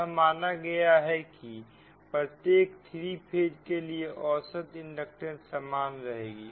यह माना गया है कि प्रत्येक थ्री फेज के लिए औसत इंडक्टेंस समान रहेगी